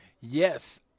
Yes